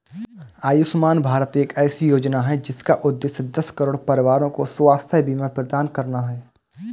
आयुष्मान भारत एक ऐसी योजना है जिसका उद्देश्य दस करोड़ परिवारों को स्वास्थ्य बीमा प्रदान करना है